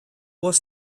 was